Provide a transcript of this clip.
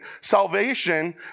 salvation